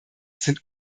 sind